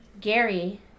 Gary